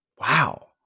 wow